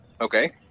Okay